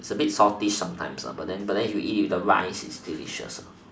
it's a bit salty sometimes but you eat with the rice is just nice